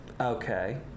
Okay